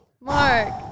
Mark